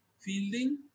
fielding